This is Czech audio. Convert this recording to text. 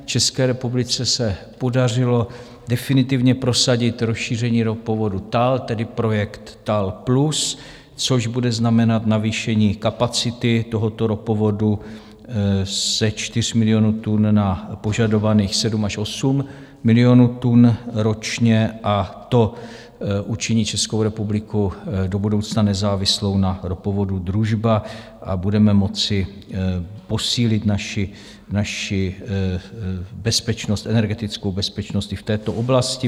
České republice se podařilo definitivně prosadit rozšíření ropovodu TAL, tedy projekt TAL+, což bude znamenat navýšení kapacity tohoto ropovodu ze 4 milionů tun na požadovaných 7 až 8 milionů tun ročně, a to učiní Českou republiku do budoucna nezávislou na ropovodu Družba a budeme moci posílit naši bezpečnost, energetickou bezpečnost i v této oblasti.